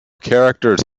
characters